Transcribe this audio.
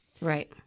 right